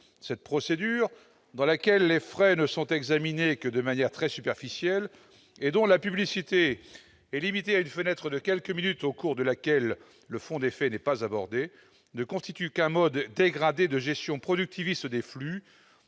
Cette procédure, dans laquelle les faits ne sont examinés que de manière très superficielle et dont la publicité est limitée à une fenêtre de quelques minutes au cours de laquelle le fond n'est pas abordé, ne constitue qu'un mode dégradé de gestion productiviste des flux